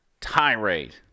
tirade